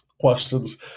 questions